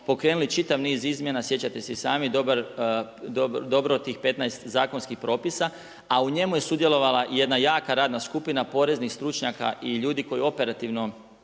pokrenuli čitav niz izmjena, sjećate se i sami dobro tih 15 zakonskih propisa, a u njemu je sudjelovala jedna jaka radna skupina poreznih stručnjaka i ljudi koji operativno